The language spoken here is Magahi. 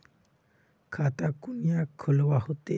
खाता कुनियाँ खोलवा होते?